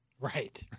Right